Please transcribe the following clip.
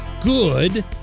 good